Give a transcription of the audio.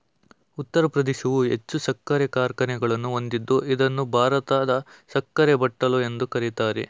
ಉತ್ತರ ಪ್ರದೇಶವು ಹೆಚ್ಚು ಸಕ್ಕರೆ ಕಾರ್ಖಾನೆಗಳನ್ನು ಹೊಂದಿದ್ದು ಇದನ್ನು ಭಾರತದ ಸಕ್ಕರೆ ಬಟ್ಟಲು ಎಂದು ಕರಿತಾರೆ